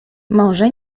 może